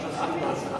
לא עכשיו.